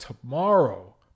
Tomorrow